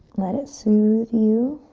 let it soothe you.